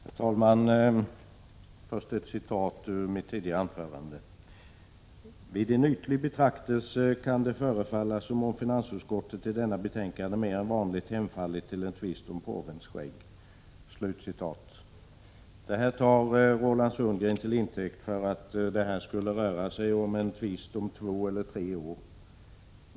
Herr talman! Först ett citat ur mitt tidigare anförande: ”Vid en ytlig betraktelse kan det förefalla som om finansutskottet i detta betänkande mer än vanligt hemfallit till en tvist om ”påvens skägg.” Det här yttrandet tar Roland Sundgren till intäkt för ett påstående att det skulle röra sig om en tvist som gäller två eller tre år.